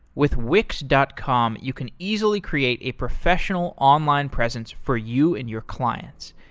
with wix dot com, you can easily create a professional online presence for you and your clients.